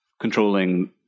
controlling